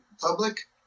public